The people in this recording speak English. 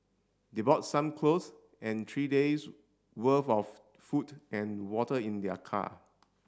they brought some clothes and three days worth of food and water in their car